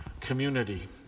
community